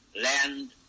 land